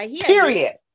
Period